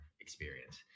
experience